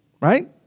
right